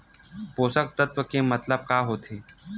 पोषक तत्व के मतलब का होथे?